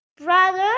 Brother